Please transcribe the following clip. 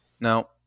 Now